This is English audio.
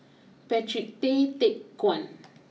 Patrick Tay Teck Guan